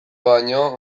baino